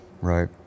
Right